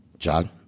John